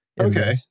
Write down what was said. Okay